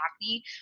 acne